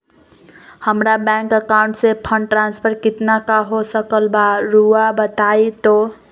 हमरा bank account से fund transfer कितना का हो सकल बा रुआ बताई तो?